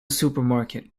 supermarket